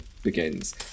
begins